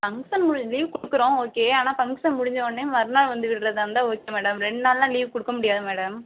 function உங்களுக்கு leave கொடுக்குறோம் okay ஆனால் ஃபங்க்ஷன் முடிஞ்ச உடனேயே மறுநாள் வந்து விடுறதாருந்தால் ஓகே மேடம் ரெண்டு நாள்லாம் லீவு கொடுக்க முடியாது மேடம்